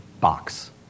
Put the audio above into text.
box